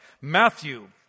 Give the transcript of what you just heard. Matthew